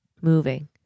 Moving